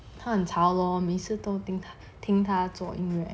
他很吵 lor 每次都听听他做音乐